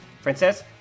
Frances